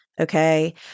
Okay